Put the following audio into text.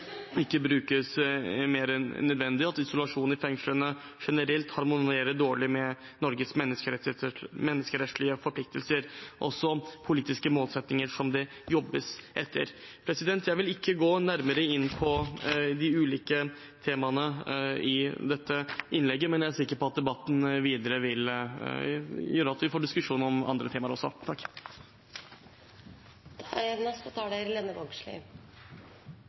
brukes mer enn nødvendig, og at isolasjon i fengslene generelt harmonerer dårlig med Norges menneskerettslige forpliktelser og med politiske målsettinger som det jobbes etter. Jeg vil ikke gå nærmere inn på de ulike temaene i dette innlegget, men jeg er sikker på at debatten videre gjør at vi får diskusjon om andre temaer også.